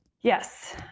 yes